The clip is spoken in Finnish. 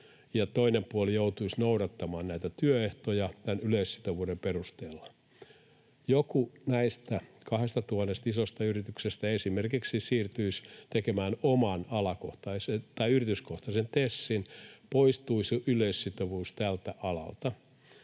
toinen puoli joutuisi noudattamaan näitä työehtoja tämän yleissitovuuden perusteella. Jos joku näistä 2 000 isosta yrityksestä esimerkiksi siirtyisi tekemään oman yrityskohtaisen TESin, poistuisi yleissitovuus tältä alalta